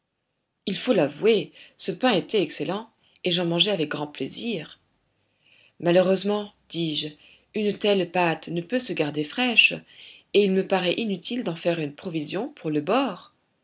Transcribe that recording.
il faut l'avouer ce pain était excellent et j'en mangeai avec grand plaisir malheureusement dis-je une telle pâte ne peut se garder fraîche et il me paraît inutile d'en faire une provision pour le bord